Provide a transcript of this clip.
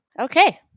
Okay